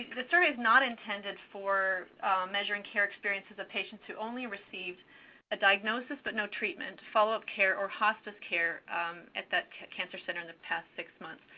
the survey's not intended for measuring care experiences of patients who only receive a diagnosis, but no treatment, follow-up care, or hospice care at that cancer center in the past six months.